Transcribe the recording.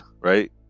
right